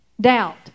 Doubt